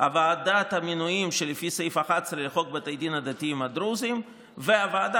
ועדת המינויים שלפי סעיף 11 לחוק בתי הדין הדתיים הדרוזיים והוועדה